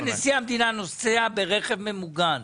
זה שנשיא המדינה נוסע ברכב ממוגן,